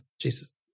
Jesus